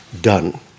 done